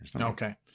Okay